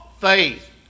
Faith